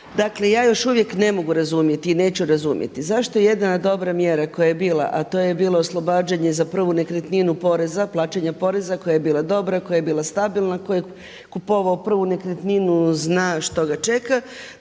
Dakle ja još uvijek ne mogu razumjeti i neću razumjeti zašto jedna dobra mjera koja je bila a to je bilo oslobađanje za prvu nekretninu poreza, plaćanja poreza koja je bila dobra, koja je bila stabilna. Tko je kupovao prvu nekretninu zna što ga čeka